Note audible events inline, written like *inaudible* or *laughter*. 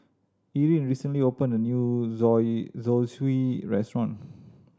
Irine recently opened a new *unintelligible* Zosui Restaurant